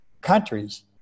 countries